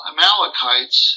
Amalekites